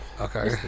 okay